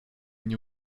nie